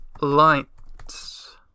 lights